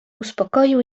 uspokoił